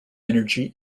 energy